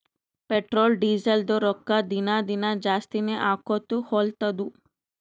petrol, ಡೀಸೆಲ್ದು ರೊಕ್ಕಾ ದಿನಾ ದಿನಾ ಜಾಸ್ತಿನೇ ಆಕೊತ್ತು ಹೊಲತ್ತುದ್